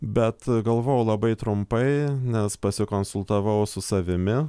bet galvojau labai trumpai nes pasikonsultavau su savimi